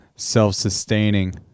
self-sustaining